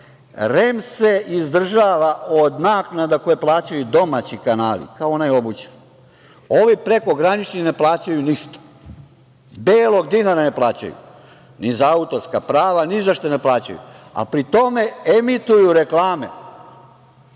se izdržava od naknada koje plaćaju domaći kanali, kao onaj … Ovi prekgranični ne plaćaju ništa. Belog dinara ne plaćaju, ni za autorska prava, ni za šta ne plaćaju. Pri tome, reemituju,